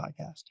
podcast